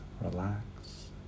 relax